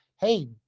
hey